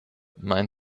mein